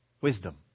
Wisdom